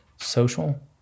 social